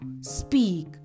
speak